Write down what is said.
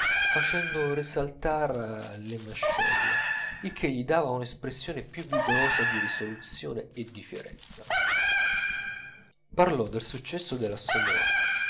facendo risaltar le mascelle il che gli dava un'espressione più vigorosa di risoluzione e di fierezza parlò del successo